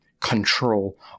control